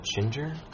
ginger